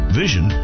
vision